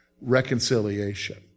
Reconciliation